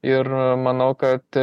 ir manau kad